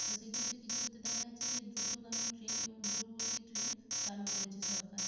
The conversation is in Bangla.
তো সেক্ষেত্রে কিছু ক্ষেত্রে দেখা যাচ্ছে যে দ্রুতগ্রামী ট্রেন এবং দূরবর্তী ট্রেন চালু করেছে সরকার